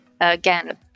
again